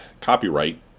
copyright